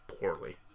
poorly